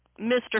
Mr